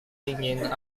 ingin